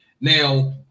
Now